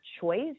choice